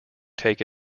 take